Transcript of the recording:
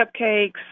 cupcakes